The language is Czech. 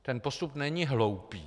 Ten postup není hloupý.